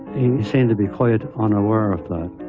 he seemed to be quite unaware of